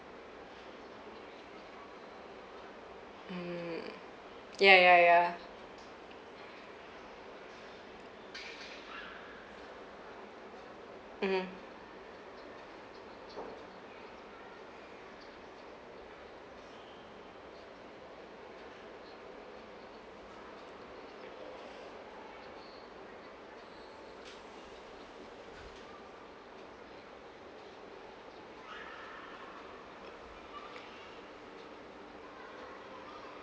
mm ya ya ya mmhmm